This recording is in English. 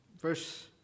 verse